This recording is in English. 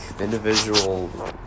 individual